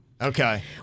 Okay